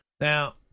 Now